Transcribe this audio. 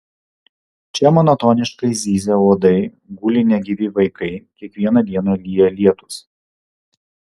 čia monotoniškai zyzia uodai guli negyvi vaikai kiekvieną dieną lyja lietūs